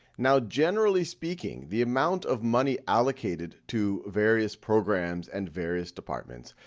now generally speaking, the amount of money allocated to various programs and various departments,